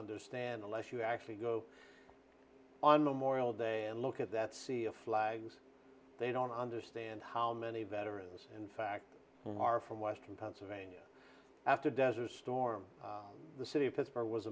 understand unless you actually go on the memorial day and look at that sea of flags they don't understand how many veterans in fact some are from western pennsylvania after desert storm the city of pittsburgh was